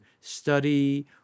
study